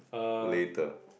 later